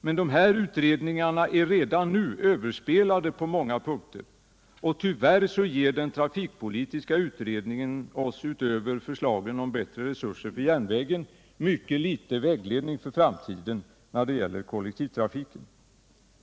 Men utredningarna är redan nu överspelade på många punkter, och tyvärr ger den trafikpolitiska utredningen, utöver förslagen om bättre resurser för järnvägen, mycket litet vägledning för framtiden när det gäller kollektivtrafiken.